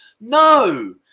No